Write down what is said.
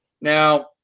Now